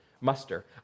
muster